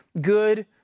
good